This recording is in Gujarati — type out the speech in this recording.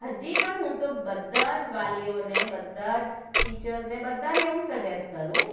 હજી પણ હું તો બધા જ વાલીઓને બધા જ ટીચર્સને બધાને એવું સજેસ્ટ કરું